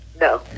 No